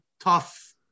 tough